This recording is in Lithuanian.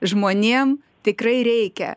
žmonėm tikrai reikia